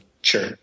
sure